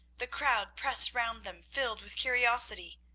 the crowd pressed round them filled with curiosity.